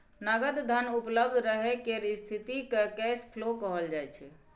नगद धन उपलब्ध रहय केर स्थिति केँ कैश फ्लो कहल जाइ छै